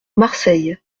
marseille